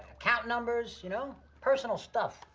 account numbers, you know? personal stuff,